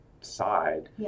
side